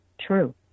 true